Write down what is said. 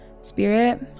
Spirit